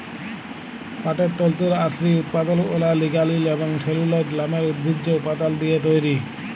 পাটের তল্তুর আসলি উৎপাদলগুলা লিগালিল এবং সেলুলজ লামের উদ্ভিজ্জ উপাদাল দিঁয়ে তৈরি